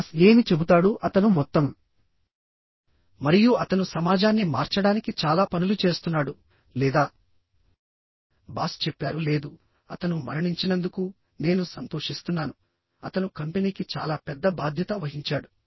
boss ఏమి చెబుతాడు అతను మొత్తం మరియు అతను సమాజాన్ని మార్చడానికి చాలా పనులు చేస్తున్నాడు లేదా బాస్ చెప్పారు లేదు అతను మరణించినందుకు నేను సంతోషిస్తున్నాను అతను కంపెనీకి చాలా పెద్ద బాధ్యత వహించాడు